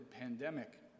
pandemic